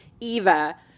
Eva